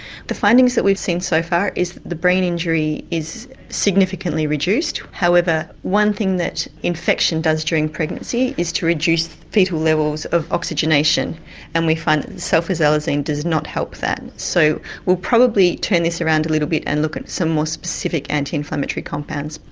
the findings that we've seen so far is the brain injury is significantly reduced however one thing that infection does during pregnancy is to reduce foetal levels of oxygenation and we find that sulfasalazine does not help that. so we'll probably turn this around a little bit and look at some more specific anti-inflammatory compounds.